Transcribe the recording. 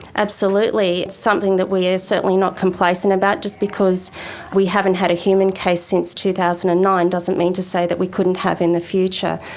absolutely, it's something that we are certainly not complacent about. just because we haven't had a human case since two thousand and nine doesn't mean to say that we couldn't have in the future.